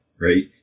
right